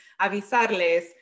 avisarles